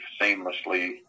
seamlessly